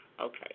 Okay